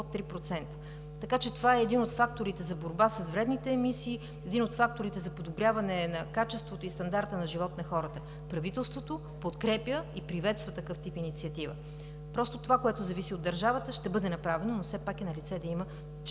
под 3%. Това е един от факторите за борба с вредните емисии, един от факторите за подобряване на качеството и стандарта на живот на хората. Правителството подкрепя и приветства такъв тип инициатива. Това, което зависи от държавата, ще бъде направено, но все пак налице трябва